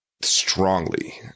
strongly